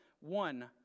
one